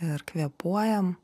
ir kvėpuojam